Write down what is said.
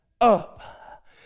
up